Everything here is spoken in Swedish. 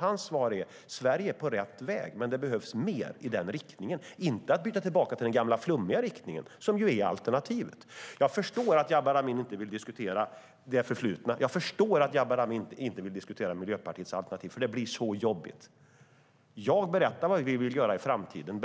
Hans svar är att Sverige är på rätt väg men att det behövs mer i denna riktning. Man ska inte byta tillbaka till den gamla flummiga riktningen, som är alternativet. Jag förstår att Jabar Amin inte vill diskutera det förslutna. Jag förstår att Jabar Amin inte vill diskutera Miljöpartiets alternativ, för det blir så jobbigt. Jag berättar vad vi vill göra i framtiden,